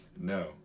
No